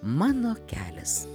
mano kelias